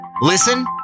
Listen